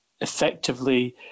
effectively